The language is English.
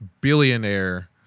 billionaire